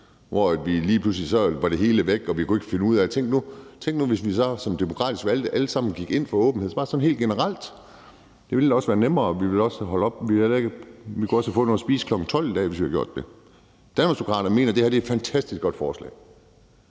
hele lige pludselig var væk, og vi kunne ikke finde ud af det. Tænk nu, hvis vi som demokratisk valgte alle sammen gik ind for åbenhed, bare sådan helt generelt, så ville det da også blive nemmere. Vi kunne også have fået noget at spise kl. 12 i dag, hvis vi havde gjort det. Danmarksdemokraterne mener, at det her er et fantastisk godt forslag,